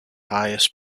highest